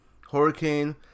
hurricane